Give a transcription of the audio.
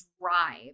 drive